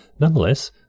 Nonetheless